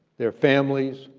their families,